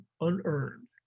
unearned